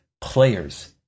players